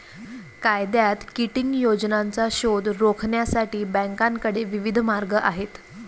कायद्यात किटिंग योजनांचा शोध रोखण्यासाठी बँकांकडे विविध मार्ग आहेत